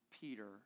Peter